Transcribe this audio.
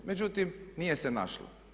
Međutim nije se našlo.